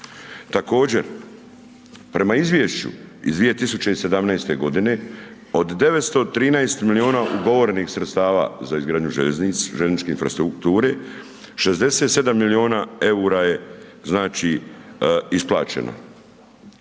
Također, prema izvješću iz 2017. godine od 913 miliona ugovorenih sredstava za izgradnju željeznice, željezničke infrastrukture 67 miliona EUR-a je znači isplaćeno,